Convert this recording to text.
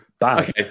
bad